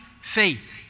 faith